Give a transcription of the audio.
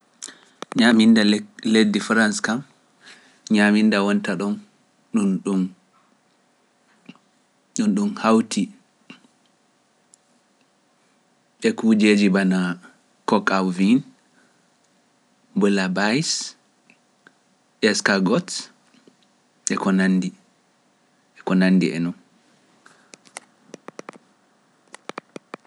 Ni am ina le leedi Farance kam, ni am ina wonta ɗum ɗum ɗum hawti e kujeeji bana cocaau vin, boulet baiss, escargot, e ko nanndi e ko nanndi e noon.